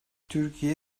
türkiye